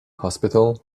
hospital